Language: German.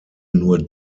nur